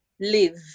live